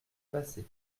passait